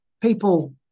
people